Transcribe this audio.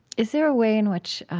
is there a way in which